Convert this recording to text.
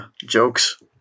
jokes